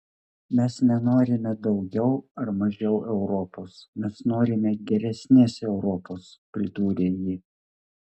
mes nenorime daugiau ar mažiau europos mes norime geresnės europos pridūrė ji